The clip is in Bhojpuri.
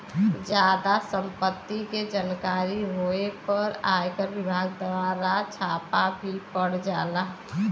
जादा सम्पत्ति के जानकारी होए पे आयकर विभाग दवारा छापा भी पड़ जाला